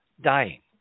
dying